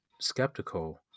skeptical